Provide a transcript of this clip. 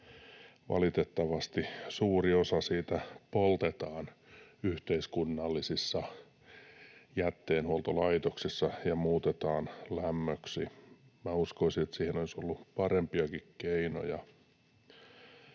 valitettavasti suuri osa siitä poltetaan yhteiskunnallisissa jätteenhuoltolaitoksissa ja muutetaan lämmöksi. Uskoisin, että siihen olisi ollut parempiakin keinoja.